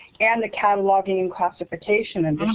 and the cataloging and classification and